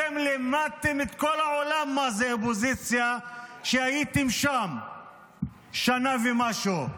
אתם לימדתם את כל העולם מה זה אופוזיציה כשהייתם שנה ומשהו.